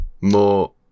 more